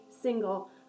single